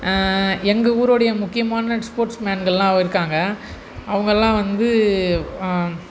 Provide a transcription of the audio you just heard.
எங்கள் ஊரோடைய முக்கியமான ஸ்போட்ர்ஸ்மேன்கள்லாம் இருக்காங்க அவங்கள்லாம் வந்து